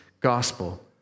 gospel